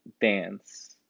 dance